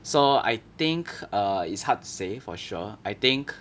so I think err it's hard to say for sure I think